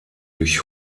durch